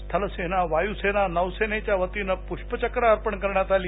स्थलसेना वायुसेना नौसेनेच्या वतीनं पुष्पचक्र अर्पण करण्यात आली